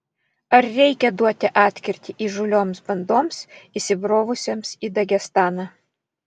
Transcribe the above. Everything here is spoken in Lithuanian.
ar reikia duoti atkirtį įžūlioms bandoms įsibrovusioms į dagestaną